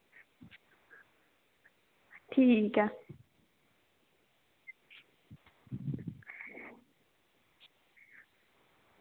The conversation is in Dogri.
ठीक ऐ